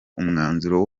umwanzuro